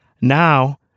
Now